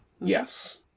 yes